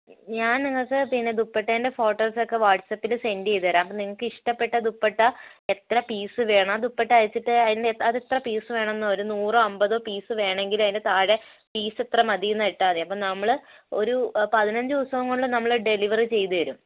ഞാൻ നിങ്ങൾക്ക് പിന്നെ ദുപ്പട്ടേൻ്റെ ഫോട്ടോസൊക്കെ വാട്ട്സപ്പിൽ സെൻ്റ് ചെയ്തു തരാം അപ്പോൾ നിങ്ങൾക്ക് ഇഷ്ടപ്പെട്ട ദുപ്പട്ട എത്ര പീസ് വേണം ആ ദുപ്പട്ട അയച്ചിട്ട് അതിൻ്റെ അത് എത്ര പീസ് വേണം എന്ന് ഒരു നൂറോ അമ്പതോ പീസ് വേണമെങ്കിൽ അതിൻ്റെ താഴെ പീസ് ഇത്ര മതിയെന്ന് ഇട്ടാൽമതി അപ്പോൾ നമ്മൾ ഒരു പതിനഞ്ച് ദിവസം കൊണ്ട് നമ്മൾ ഡെലിവറി ചെയ്തു തരും